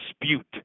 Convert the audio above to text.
dispute